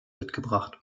mitgebracht